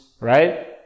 right